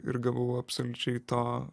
ir gavau absoliučiai tą